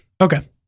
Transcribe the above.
okay